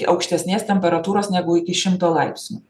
aukštesnės temperatūros negu iki šimto laipsnių